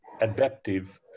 adaptive